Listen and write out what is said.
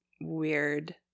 weird